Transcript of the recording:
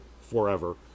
forever